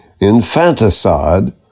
infanticide